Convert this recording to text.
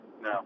no